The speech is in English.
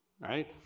right